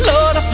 Lord